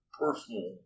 personal